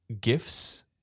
gifts